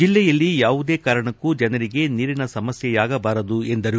ಜಿಲ್ಲೆಯಲ್ಲಿ ಯಾವುದೇ ಕಾರಣಕ್ಕೂ ಜನರಿಗೆ ನೀರಿನ ಸಮಸ್ಟೆಯಾಗಬಾರದು ಎಂದರು